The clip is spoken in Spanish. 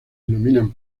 denominan